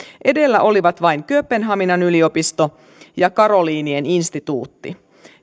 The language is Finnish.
edellä olivat vain kööpenhaminan yliopisto ja karoliininen instituutti